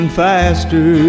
faster